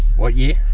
what year?